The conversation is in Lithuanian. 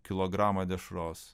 kilogramą dešros